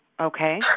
Okay